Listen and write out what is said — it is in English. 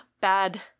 bad